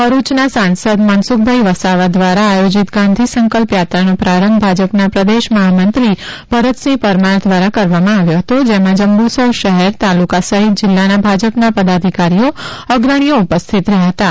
ભરૂચના સાંસદ મનસુખભાઈ વસાવા દ્વારા આયોજીત ગાંધી સંકલ્પયાત્રાનો પ્રારંભ ભાજપના પ્રદેશ મહામંત્રી ભરતસિંહ પરમાર દ્વારા કરાવવામાં આવ્યો હતો જેમાં જંબુસર શહેર તાલુકા સહિત જીલ્લાના ભાજપાના પદાધિકારીઓ અગ્રણીઓ ઊપસ્થિત રહ્યા હતાં